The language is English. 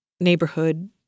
neighborhood